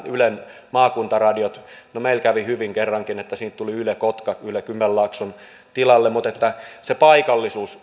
ylen maakuntaradioihin no meillä kävi kerrankin hyvin että tuli yle kotka yle kymenlaakson tilalle mutta paikallisuus